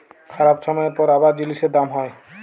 খারাপ ছময়ের পর আবার জিলিসের দাম হ্যয়